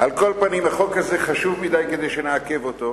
על כל פנים, החוק הזה חשוב מכדי שנעכב אותו,